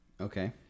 Okay